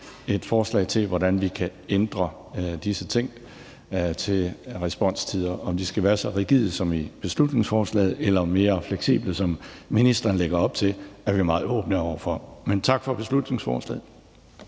et forslag til, hvordan vi kan ændre disse ting til responstider. Om de skal være så rigide som i beslutningsforslaget eller mere fleksible, som ministeren lægger op til, er vi meget åbne over for. Men tak for beslutningsforslaget.